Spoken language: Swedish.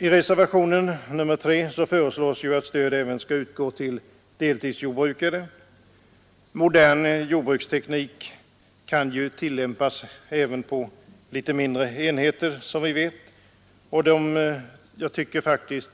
I reservationen 3 föreslås att stöd skall utgå även till deltidsjordbrukare. Modern jordbruksteknik kan ju tillämpas även på litet mindre enheter, som vi vet, och jag tycker faktiskt